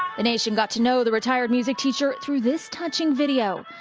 the nation got to know the retired music teacher through this touching video,